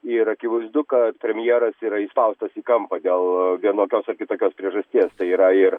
ir akivaizdu kad premjeras yra įspaustas į kampą dėl vienokios ar kitokios priežasties tai yra ir